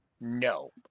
No